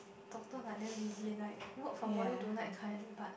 doctors like damn busy like work from morning to night kind but